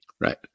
Right